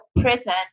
prison